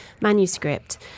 manuscript